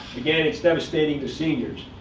again, it's devastating to seniors.